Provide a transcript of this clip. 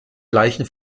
gleichen